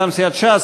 מטעם סיעת ש"ס,